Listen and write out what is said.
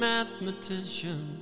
mathematician